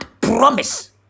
promise